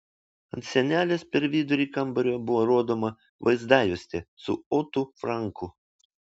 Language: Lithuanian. ant sienelės per vidurį kambario buvo rodoma vaizdajuostė su otu franku